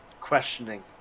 Questioning